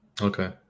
Okay